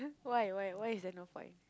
why why why is there no point